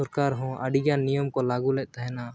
ᱥᱚᱨᱠᱟᱨ ᱦᱚᱸ ᱟᱹᱰᱤᱜᱟᱱ ᱱᱤᱭᱚᱢ ᱠᱚ ᱞᱟᱜᱩᱞᱮᱫ ᱛᱟᱦᱮᱱᱟ